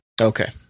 Okay